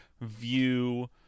view